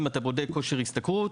אתה בודק כושר השתכרות,